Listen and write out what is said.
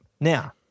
Now